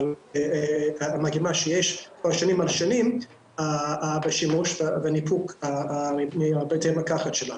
אבל מגמה שיש כבר במשך שנים בשימוש וניפוק מבתי המרקחת שלנו.